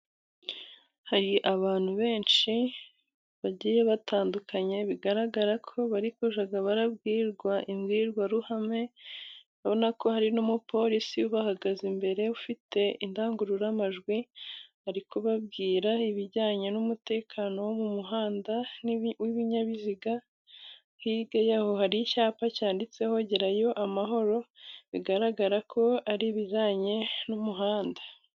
Hari abantu benshi bagiye batandukanye bigaragara ko bari kujya babwirwa imbwirwaruhame. Urabona ko hari n'umupolisi ubahagaze imbere, ufite indangururamajwi. Ari kubabwira ibijyanye n'umutekano wo mu muhanda w'ibinyabiziga. Hirya y'aho hari icyapa cyanditseho gerayo amahoro. Bigaragara ko ari ibijyanye n'umuhanda.